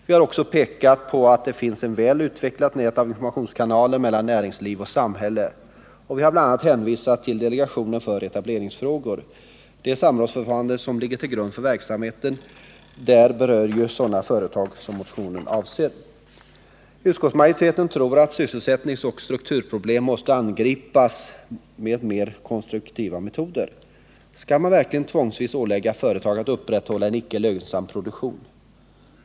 Vi har också pekat på att det finns ett väl utvecklat nät av informationskanaler mellan näringsliv och samhälle. Vi har bl.a. hänvisat till delegationen för etableringsfrågor. Det samrådsförfarande som ligger till grund för verksamheten där berör just sådana företag som motionen avser. Utskottsmajoriteten tror att sysselsättningsoch strukturproblem måste angripas med mer konstruktiva metoder. Skall man verkligen tvångsvis ålägga företagare att upprätthålla en icke lönsam produktion?